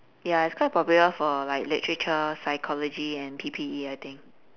ya it's quite popular like for literature psychology and P_P_E I think